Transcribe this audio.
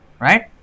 Right